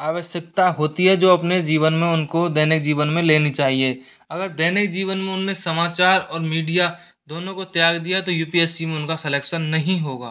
आवश्यकता होती है जो अपने जीवन में उन को दैनिक जीवन में लेनी चाहिए अगर दैनिक जीवन में उन्होंने समाचार और मीडिया दोनों को त्याग दिया तो यू पी एस सी में उन का सिलेक्शन नहीं होगा